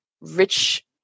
rich